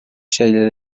şeyler